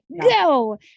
go